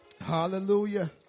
Hallelujah